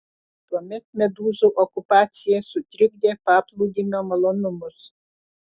tuomet medūzų okupacija sutrikdė paplūdimio malonumus